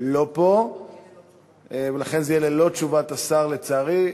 תפסיק את הדיונים עם כבוד השר ותעלה לדבר על הצעה שלה לסדר-היום.